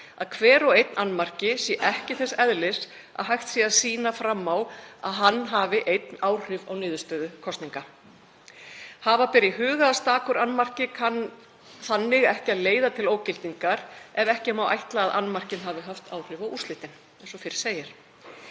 að hver og einn annmarki sé ekki þess eðlis að hægt sé að sýna fram á að hann einn hafi haft áhrif á niðurstöðu kosninganna. Hafa ber því í huga að stakur annmarki kann þannig ekki að leiða til ógildingar ef ekki má ætla að annmarkinn hafi haft áhrif á úrslitin, eins og fyrr segir.